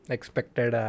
Expected